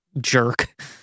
jerk